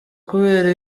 kubera